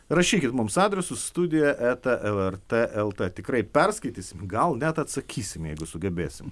rašykit mums adresu studija eta lrt lt tikrai perskaitysim gal net atsakysim jeigu sugebėsim